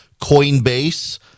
Coinbase